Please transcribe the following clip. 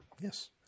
Yes